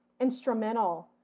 instrumental